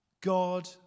God